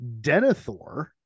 Denethor